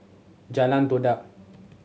Jalan Todak